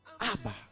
Abba